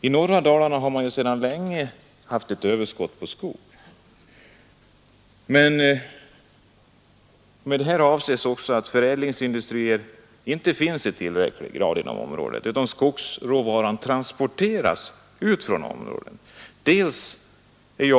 I norra Dalarna har man sedan länge haft ett överskott på skog, eftersom förädlingsindustrierna inte har varit på något sätt tillräckliga, och skogsråvaran har därför transporterats ut från dessa områden.